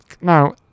now